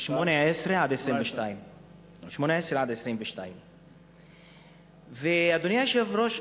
מגיל 18 עד 22. אדוני היושב-ראש,